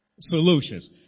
solutions